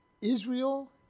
Israel